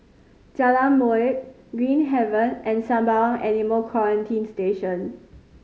Jalan Molek Green Haven and Sembawang Animal Quarantine Station